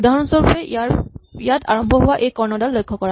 উদাহৰণস্বৰূপে ইয়াত আৰম্ভ হোৱা এই কৰ্ণডাল লক্ষ কৰা